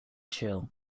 chill